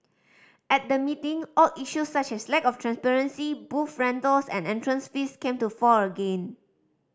at the meeting old issues such as lack of transparency booth rentals and entrance fees came to fore again